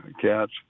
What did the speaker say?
cats